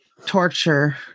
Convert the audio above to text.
Torture